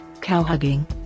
cow-hugging